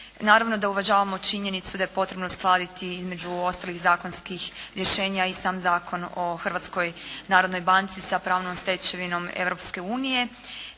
Naravno da uvažamo činjenicu da je potrebno uskladiti između ostalih zakonskih rješenja i sam Zakon o Hrvatskoj banci sa pravnom stečevinom